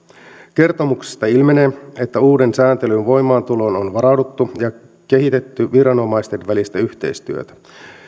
kertomuksesta ilmenee että uuden sääntelyn voimaantuloon on varauduttu ja kehitetty viranomaisten välistä yhteistyötä